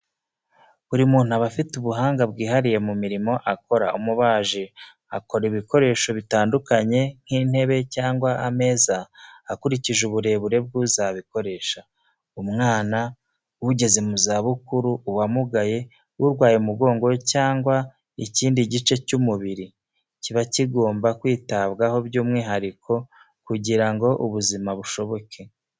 Buri muntu aba afite ubuhanga bwihariye mu mirimo akora, umubaji akora ibikoresho bitandukanye, nk'intebe cyangwa ameza akurikije uburebure bw'uzabikoresha: umwana, ugeze mu zabukuru, uwamugaye, urwaye umugongo cyangwa ikindi gice cy'umubiri, kiba kigomba kwitabwaho by'umwihariko kugira ngo ubuzima bushoboke.